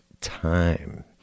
time